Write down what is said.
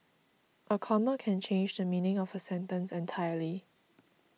a comma can change the meaning of a sentence entirely